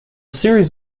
series